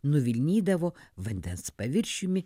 nuvilnydavo vandens paviršiumi